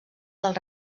del